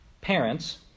parents